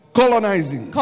colonizing